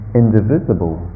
indivisible